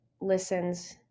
listens